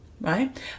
Right